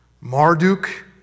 Marduk